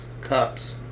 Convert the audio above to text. cups